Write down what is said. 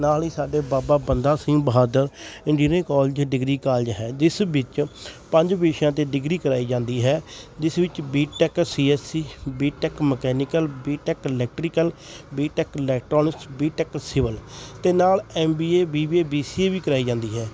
ਨਾਲ ਹੀ ਸਾਡੇ Baba Banda Singh Bahadur engineering college degree college ਹੈ ਜਿਸ ਵਿੱਚ ਪੰਜ ਵਿਸ਼ਿਆਂ 'ਤੇ ਡਿਗਰੀ ਕਰਾਈ ਜਾਂਦੀ ਹੈ ਜਿਸ ਵਿੱਚ B tech C S C B tech mechanical B tech electrical B tech electronic B tech civil ਅਤੇ ਨਾਲ M B A B B A B C A ਵੀ ਕਰਾਈ ਜਾਂਦੀ ਹੈ